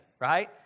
right